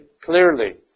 clearly